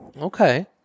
Okay